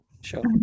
Sure